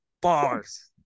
bars